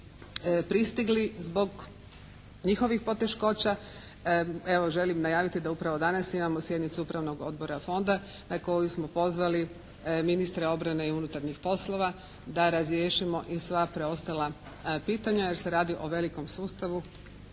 pristigli zbog njihovih poteškoća. Evo želim najaviti da upravo danas imamo sjednicu Upravnog odbora Fonda na koju smo pozvali ministra obrane i unutarnjih poslova da razriješimo i sva preostala pitanja jer se radi o velikom sustavu